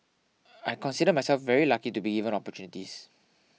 I consider myself very lucky to be given opportunities